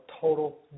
total